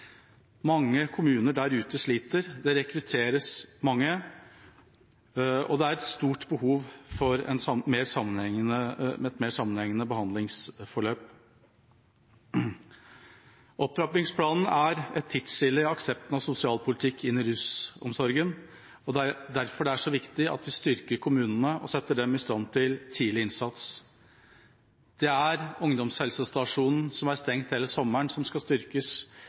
Mange kommuner der ute sliter, det rekrutteres mange, og det er et stort behov for et mer sammenhengende behandlingsforløp. Opptrappingsplanen er et tidsskille i aksepten av sosialpolitikk innenfor rusomsorgen, og det er derfor det er så viktig at vi styrker kommunene og setter dem i stand til tidlig innsats. Det er ungdomshelsestasjonen, som er stengt hele sommeren, som skal styrkes,